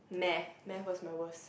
Math Math was my worst